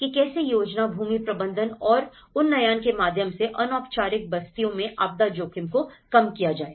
कि कैसे योजना भूमि प्रबंधन और उन्नयन के माध्यम से अनौपचारिक बस्तियों में आपदा जोखिम को कम किया जाए